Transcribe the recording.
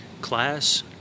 class